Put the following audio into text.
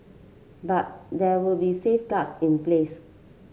but there will be safeguards in place